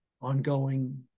ongoing